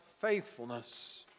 faithfulness